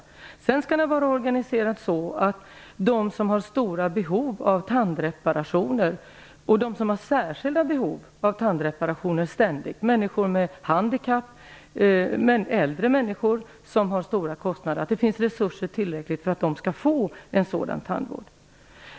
Tandvården skall vara organiserad så att det finns tillräckliga resurser för att de som har stora behov av tandreparationer och ständigt har särskilda behov av tandvård - handikappade och äldre människor med stora tandvårdskostnader - skall få den vård de behöver.